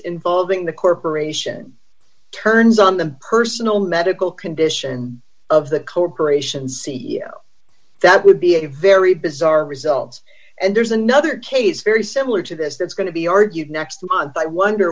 involving the corporation turns on the personal medical condition of the cooperation c e o that would be a very bizarre result and there's another case very similar to this that's going to be argued next month i wonder